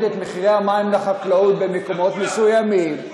את מחירי המים לחקלאות במקומות מסוימים,